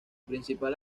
principal